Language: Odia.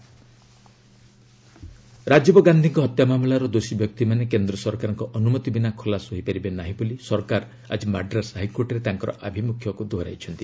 ମାଡ୍ରାସ୍ ହାଇକୋର୍ଟ ରାଜୀବ ଗାନ୍ଧିଙ୍କ ହତ୍ୟା ମାମଲାର ଦୋଷୀ ବ୍ୟକ୍ତିମାନେ କେନ୍ଦ୍ର ସରକାରଙ୍କ ଅନୁମତି ବିନା ଖଲାସ ହୋଇପାରିବେ ନାହିଁ ବୋଲି ସରକାର ଆକି ମାଡ୍ରାସ୍ ହାଇକୋର୍ଟରେ ତାଙ୍କର ଆଭିମୁଖ୍ୟକୁ ଦୋହରାଇଛନ୍ତି